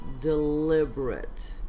deliberate